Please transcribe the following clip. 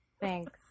Thanks